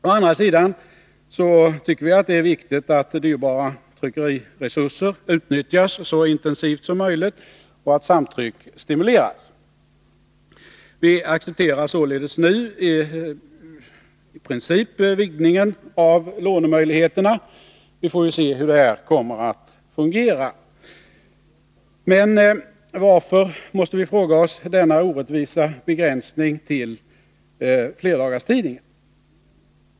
Å andra sidan tycker vi att det är viktigt att dyrbara tryckeriresurser utnyttjas så intensivt som möjligt och att samtryck stimuleras. Vi accepterar således nu i princip vidgningen av lånemöjligheterna. Vi får juse hur det kommer att fungera. Men varför denna orättvisa begränsning till flerdagarstidningar?